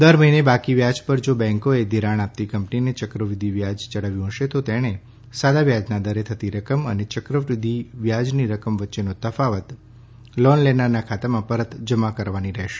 દર મહિને બાકી વ્યાજ પર જો બેન્કોએ ધિરાણ આપતી કંપનીએ યક્રવદ્વિ વ્યાજ યડાવ્યું હશે તો તેણે સાદા વ્યાજના દરે થતી રકમ અને ચક્રવૂદ્વિ વ્યાજની રકમ વચ્ચેનો તફાવત લોન લેનારના ખાતામાં પરત જમા કરવાનો રહેશે